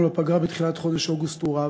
לפגרה בתחילת חודש אוגוסט הוא רב,